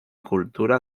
cultura